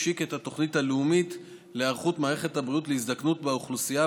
השיק את התוכנית הלאומית להיערכות מערכת הבריאות להזדקנות באוכלוסייה,